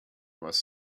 was